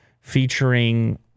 featuring